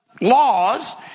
laws